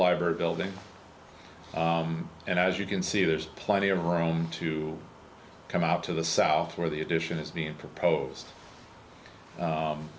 library building and as you can see there's plenty of room to come out to the south where the addition is being propose